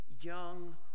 young